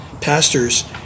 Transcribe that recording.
pastors